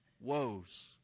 woes